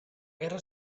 guerra